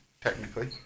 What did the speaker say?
technically